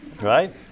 Right